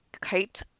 Kite